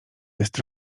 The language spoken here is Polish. jest